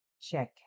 check